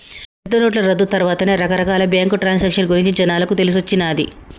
పెద్దనోట్ల రద్దు తర్వాతే రకరకాల బ్యేంకు ట్రాన్సాక్షన్ గురించి జనాలకు తెలిసొచ్చిన్నాది